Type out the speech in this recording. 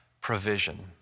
provision